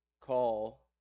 call